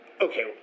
okay